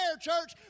church